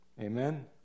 Amen